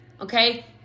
Okay